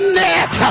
net